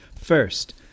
First